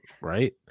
right